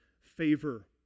favor